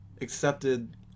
accepted